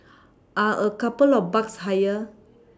are a couple of bucks higher